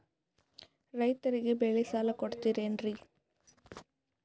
ರೈತರಿಗೆ ಬೆಳೆ ಸಾಲ ಕೊಡ್ತಿರೇನ್ರಿ?